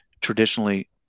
traditionally